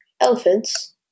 elephants